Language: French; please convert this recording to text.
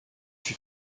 fut